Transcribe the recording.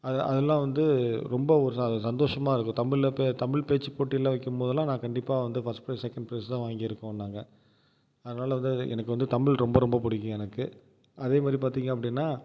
அது அதலாம் வந்து ரொம்ப ஒரு சந்தோஷமாக இருக்கும் தமிழில் தமிழ் பேச்சு போட்டிலாம் வைக்கும் போதெல்லாம் நான் கண்டிப்பாக வந்து ஃபர்ஸ்ட் ப்ரைஸ் செகண்ட் ப்ரைஸ் தான் வாங்கிருக்கோம் நாங்கள் அதனால வந்து எனக்கு வந்து தமிழ் ரொம்ப ரொம்ப பிடிக்கும் எனக்கு அதே மாதிரி பார்த்தீங்க அப்படின்னா